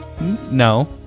No